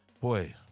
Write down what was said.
Boy